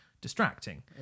distracting